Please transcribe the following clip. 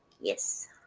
Yes